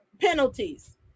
penalties